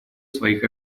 своих